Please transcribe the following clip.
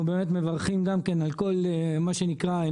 קודם כול אנחנו מברכים על כל מה שנקרא,